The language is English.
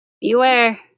beware